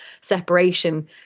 separation